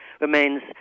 remains